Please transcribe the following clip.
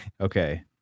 Okay